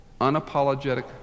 unapologetic